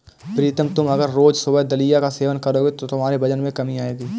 प्रीतम तुम अगर रोज सुबह दलिया का सेवन करोगे तो तुम्हारे वजन में कमी आएगी